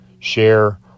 share